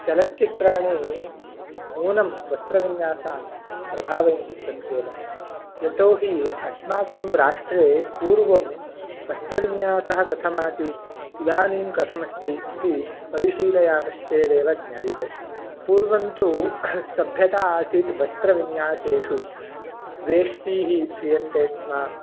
चलच्चित्राणि नूनं वस्त्रविन्यासान् प्रभावयन्तस्सन्त्येव यतोहि अस्माकं राष्ट्रे पूर्वं वस्त्रविन्यासः कथमासीत् इदानीं कथमस्ति इति परिशीलयामश्चेदेव ज्ञायते पूर्वं तु सभ्यता आसीत् वस्त्रविन्यासेषु वेष्टीः ध्रियन्ते स्म